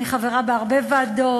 אני חברה בהרבה ועדות,